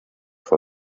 vor